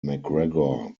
mcgregor